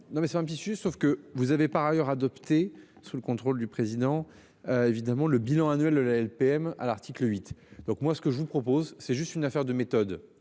Non mais c'est un homme fichu, sauf que vous avez par ailleurs adopté sous le contrôle du président. Évidemment le bilan annuel de la LPM à l'article 8. Donc moi ce que je vous propose, c'est juste une affaire de méthode.